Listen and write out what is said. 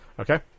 Okay